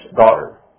daughter